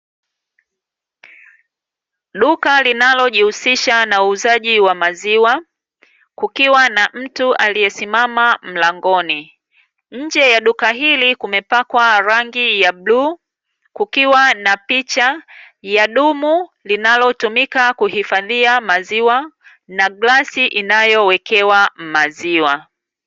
Duka linalojihusisha na uuzaji wa maziwa, kukiwa na mtu aliyesimama mlangoni. Nje ya duka hili kumepakwa rangi ya bluu, kukiwa na picha ya dumu linalotumika kuhifadhia maziwa, na glasi inayowekewa maziwa.